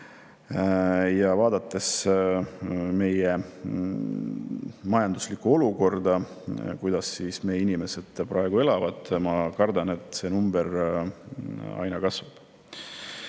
Ja vaadates meie majanduslikku olukorda, seda, kuidas meie inimesed praegu elavad, ma kardan, et see number aina kasvab.